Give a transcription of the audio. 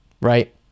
right